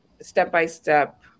step-by-step